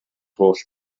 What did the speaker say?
holl